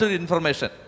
information